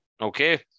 Okay